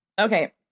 Okay